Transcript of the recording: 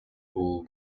fool